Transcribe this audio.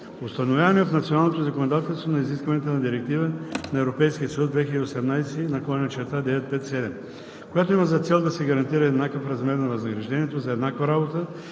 установяване в националното законодателство на изискванията на Директива (ЕС) 2018/957, която има за цел да се гарантира еднакъв размер на възнаграждението за еднаква работа,